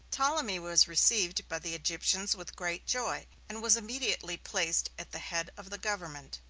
ptolemy was received by the egyptians with great joy, and was immediately placed at the head of the government.